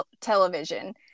television